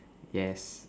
yes